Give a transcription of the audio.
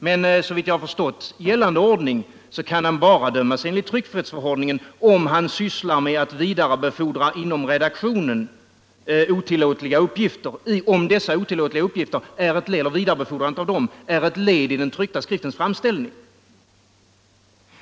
Men såvitt jag har förstått gällande ordning kan han bara dömas enligt tryckfrihetsförordningen om han sysslar med att inom redaktionen vidarebefordra otillåtliga uppgifter och vidarebefordrandet av dessa otillåtliga uppgifter är ett led i den tryckta skriftens framställning.